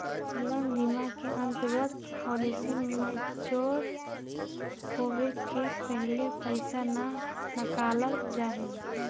जीवन बीमा के अंतर्गत पॉलिसी मैच्योर होवे के पहिले पैसा न नकालल जाऽ हई